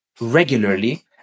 regularly